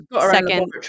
second